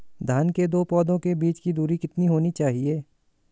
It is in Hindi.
धान के दो पौधों के बीच की दूरी कितनी होनी चाहिए?